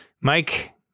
Mike